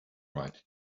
right